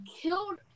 killed